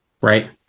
Right